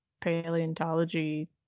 paleontology